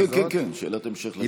כן, כן, כן, שאלת המשך לשאלה זו.